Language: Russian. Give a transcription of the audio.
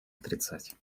отрицать